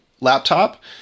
laptop